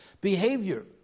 behavior